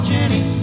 Jenny